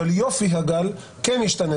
אבל יופי הגל כן ישתנה.